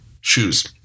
shoes